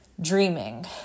Dreaming